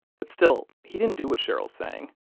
but still, he didn't do what cheryl's saying.